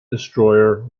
destroyer